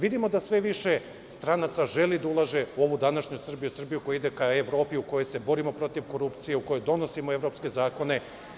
Vidimo da sve više stranaca želi da ulaže u ovu današnju Srbiju, Srbiju koja ide ka Evropi u kojoj se borimo protiv korupcije, u kojoj donosimo evropske zakone.